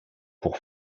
pour